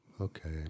Okay